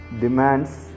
demands